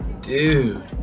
Dude